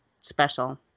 special